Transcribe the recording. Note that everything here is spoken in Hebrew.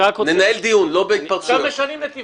גם פה יש שיקולים פוליטיים.